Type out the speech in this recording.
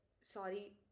Sorry